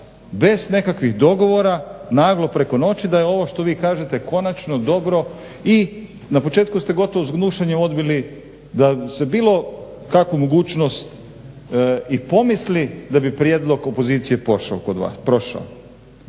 bez nekakvih dogovora naglo preko noći da je ovo što vi kažete konačno dobro i na početku ste gotovo s gnušanjem odbili da se bilu kakva mogućnost i pomisli da bi prijedlog opozicije prošao.